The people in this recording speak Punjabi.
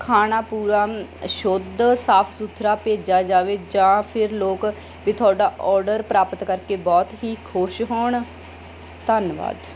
ਖਾਣਾ ਪੂਰਾ ਸ਼ੁੱਧ ਸਾਫ ਸੁਥਰਾ ਭੇਜਿਆ ਜਾਵੇ ਜਾਂ ਫਿਰ ਲੋਕ ਵੀ ਤੁਹਾਡਾ ਔਡਰ ਪ੍ਰਾਪਤ ਕਰਕੇ ਬਹੁਤ ਹੀ ਖੁਸ਼ ਹੋਣ ਧੰਨਵਾਦ